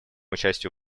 участию